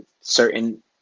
certain